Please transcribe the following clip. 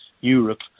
Europe